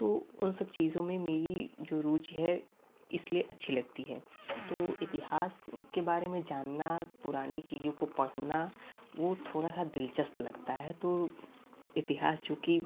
तो उन सब चीज़ों में मेरी जो रुचि है इसलिए अच्छी लगती है तो इतिहास के बारे में जानना पुरानी चीज़ों को पढ़ना वो थोड़ा सा दिलचस्प लगता है तो इतिहास चुकी